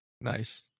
Nice